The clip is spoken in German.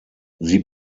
sie